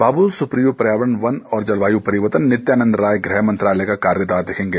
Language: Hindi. बाबुल सुप्रियो पर्यावरण वन और जलवायु परिवर्तन् नित्यानंद राय गृह मंत्रालय का कार्यभार देखेंगे